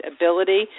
ability